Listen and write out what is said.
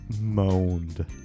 moaned